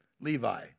Levi